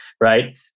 right